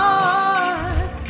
dark